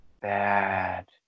bad